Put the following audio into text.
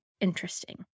interesting